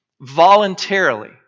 voluntarily